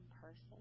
person